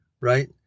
Right